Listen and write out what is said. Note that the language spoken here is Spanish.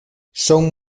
son